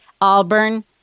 Auburn